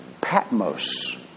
Patmos